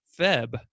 Feb